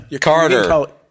Carter